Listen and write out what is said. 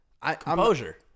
Composure